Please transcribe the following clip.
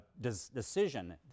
decision